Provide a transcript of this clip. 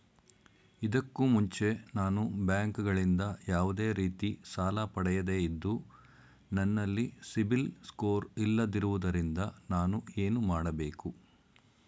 ಇದಕ್ಕೂ ಮುಂಚೆ ನಾನು ಬ್ಯಾಂಕ್ ಗಳಿಂದ ಯಾವುದೇ ರೀತಿ ಸಾಲ ಪಡೆಯದೇ ಇದ್ದು, ನನಲ್ಲಿ ಸಿಬಿಲ್ ಸ್ಕೋರ್ ಇಲ್ಲದಿರುವುದರಿಂದ ನಾನು ಏನು ಮಾಡಬೇಕು?